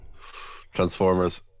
Transformers